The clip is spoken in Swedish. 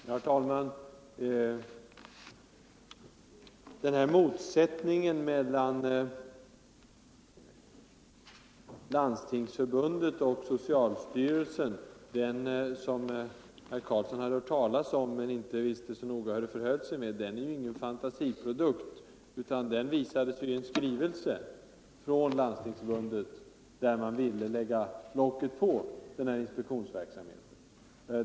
Herr talman! Den motsättning mellan Landstingsförbundet och socialstyrelsen som herr Karlsson i Huskvarna hade hört talas om, men inte visste så noga hur det förhöll sig med, är ingen fantasiprodukt, utan den kom fram genom en skrivelse från Landstingsförbundet, som gick ut på att man ville lägga på locket när det gäller den här inspektionsverksamheten.